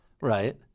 Right